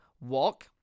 Walk